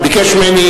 ביקש ממני,